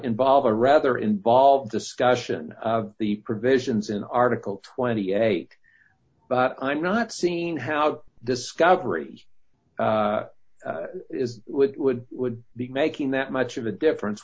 involve a rather involved discussion the provisions in article twenty eight but i'm not seeing how discoveries would would would be making that much of a difference